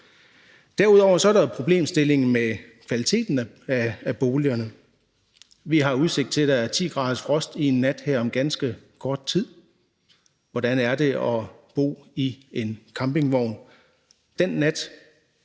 Derudover er der jo problemstillingen med kvaliteten af boligerne. Vi har udsigt til, er der er 10 graders frost en nat her om ganske kort tid. Hvordan vil det være at bo i en campingvogn den nat?